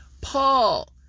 Paul